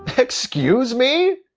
excuse me?